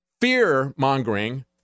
fear-mongering